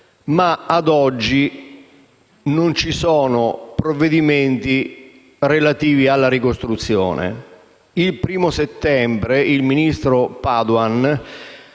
ma ad oggi non ci sono provvedimenti relativi alla ricostruzione. Il 1° settembre il ministro Padoan